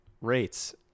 rates